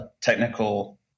technical